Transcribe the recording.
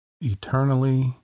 eternally